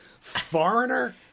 Foreigner